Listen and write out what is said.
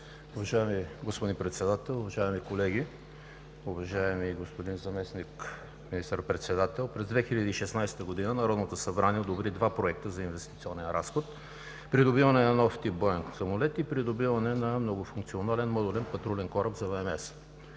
Уважаеми господин Председател, уважаеми колеги! Уважаеми господин Заместник министър председател, през 2016 г. Народното събрание одобри два проекта за инвестиционен разход – придобиване на нов тип боен самолет и придобиване на многофункционален модулен патрулен кораб за ВМС.